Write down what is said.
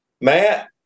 Matt